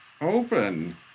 Open